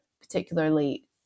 particularly